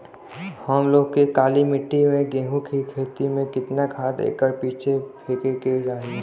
हम लोग के काली मिट्टी में गेहूँ के खेती में कितना खाद एकड़ पीछे फेके के चाही?